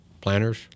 planners